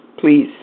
please